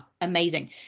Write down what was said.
amazing